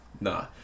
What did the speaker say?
Nah